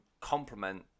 complement